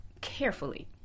carefully